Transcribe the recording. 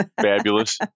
Fabulous